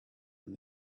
and